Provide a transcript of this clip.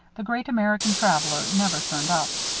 the great american traveler never turned up.